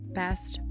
best